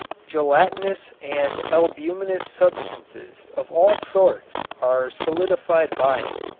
gelatinous and albuminous substances of all sorts are solidified by it.